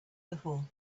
before